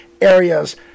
areas